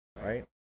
right